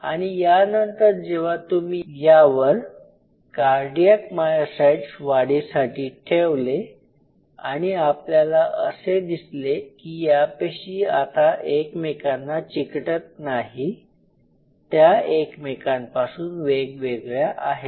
आणि यानंतर जेव्हा तुम्ही यावर कार्डियाक मायोसाइट्स वाढीसाठी ठेवले आणि आपल्याला असे दिसले की या पेशी आता एकमेकांना चिकटत नाही त्या एकमेकांपासून वेगवेगळ्या आहे